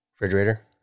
Refrigerator